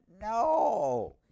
No